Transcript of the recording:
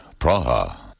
Praha